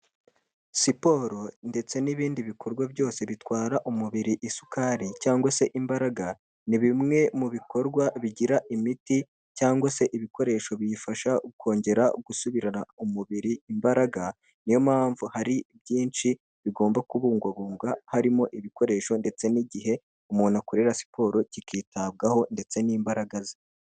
Siporo ndetse n'ibindi bikorwa byose bitwara umubiri isukari cyangwa se imbaraga, ni bimwe mu bikorwa bigira imiti cyangwa se ibikoresho biyifasha kongera gusubirana umubiri imbaraga, niyo mpamvu hari byinshi bigomba kubungwabungwa harimo ibikoresho ndetse n'igihe umuntu akorera siporo kikitabwaho ndetse n'imbaraga ze.